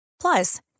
Plus